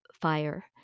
fire